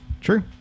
True